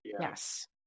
Yes